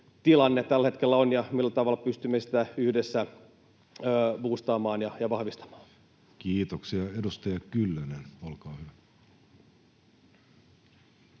tilanne tällä hetkellä on ja millä tavalla pystymme sitä yhdessä buustaamaan ja vahvistamaan. [Speech 340] Speaker: